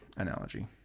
analogy